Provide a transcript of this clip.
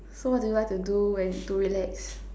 so what do you like to do when to relax